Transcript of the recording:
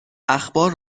اخبار